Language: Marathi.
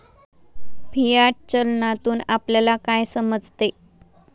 फियाट चलनातून आपल्याला काय समजते?